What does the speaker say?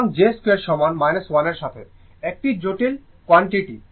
সুতরাং j2 সমান 1 এর সাথে একটি জটিল কোয়ান্টিটি